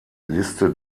liste